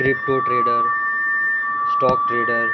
crypto trader stock trader